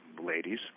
ladies